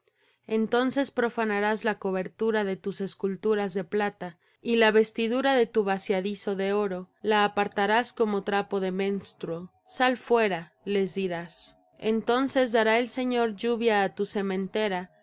entonces profanarás la cobertura de tus esculturas de plata y la vestidura de tu vaciadizo de oro las apartarás como trapo de menstruo sal fuera les dirás entonces dará el señor lluvia á tu sementera